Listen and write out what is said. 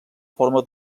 forma